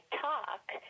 talk